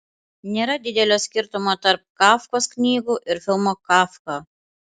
nėra didelio skirtumo tarp kafkos knygų ir filmo kafka